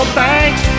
thanks